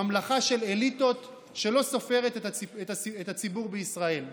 ממלכה של אליטות שלא סופרת את הציבור בישראל.